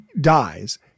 dies